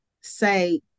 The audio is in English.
say